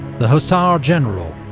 the hussar general,